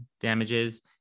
damages